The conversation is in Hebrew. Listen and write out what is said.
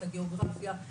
את הגיאוגרפיה,